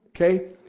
okay